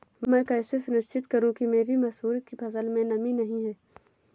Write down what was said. मैं कैसे सुनिश्चित करूँ कि मेरी मसूर की फसल में नमी नहीं है?